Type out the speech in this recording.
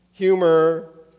Humor